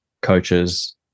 coaches